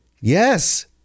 yes